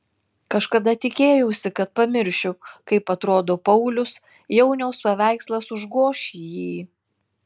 kažkada tikėjausi kad pamiršiu kaip atrodo paulius jauniaus paveikslas užgoš jį